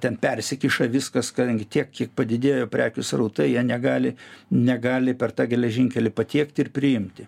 ten persikiša viskas kadangi tiek kiek padidėjo prekių srautai jie negali negali per tą geležinkelį patiekti ir priimti